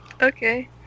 Okay